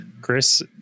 Chris